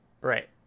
Right